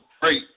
great